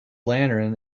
lantern